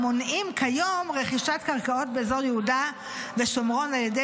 המונעים כיום רכישת קרקעות באזור יהודה ושומרון על ידי